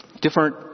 different